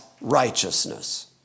righteousness